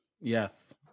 Yes